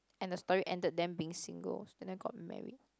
and the story ended them being single so none of them got married